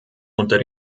unter